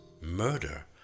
Murder